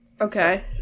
Okay